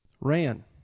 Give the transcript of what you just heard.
Ran